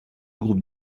groupe